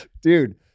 Dude